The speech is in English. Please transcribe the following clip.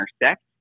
intersect